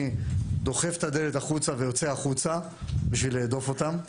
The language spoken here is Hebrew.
דוחף את הדלת החוצה ויוצא החוצה בשביל להדוף אותם.